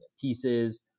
pieces